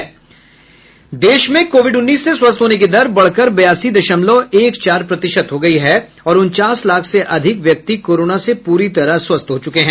देश में कोविड उन्नीस से स्वस्थ होने की दर बढ़कर बयासी दशमलव एक चार प्रतिशत हो गई है और उनचास लाख से अधिक व्यक्ति कोरोना से पूरी तरह स्वस्थ हो चुके हैं